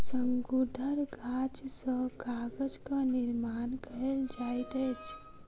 शंकुधर गाछ सॅ कागजक निर्माण कयल जाइत अछि